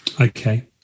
Okay